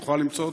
תוכל למצוא אותה?